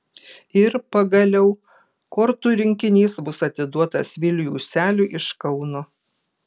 ir pagaliau kortų rinkinys bus atiduotas viliui useliui iš kauno